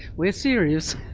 we're serious.